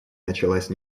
началась